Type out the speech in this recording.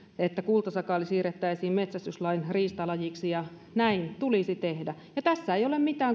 että kultasakaali siirrettäisiin metsästyslain riistalajiksi ja näin tulisi tehdä tässä asiassa ei ole mitään